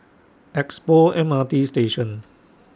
Expo M R T Station